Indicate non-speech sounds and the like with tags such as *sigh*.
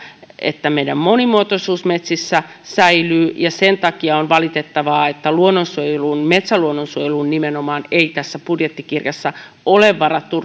että meidän monimuotoisuutemme metsissä säilyy sen takia on valitettavaa se että luonnonsuojeluun metsäluonnonsuojeluun nimenomaan ei tässä budjettikirjassa ole varattu *unintelligible*